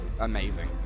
amazing